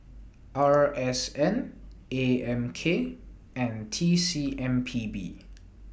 R S N A M K and T C M P B